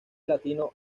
latino